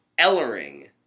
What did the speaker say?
Ellering